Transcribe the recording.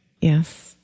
Yes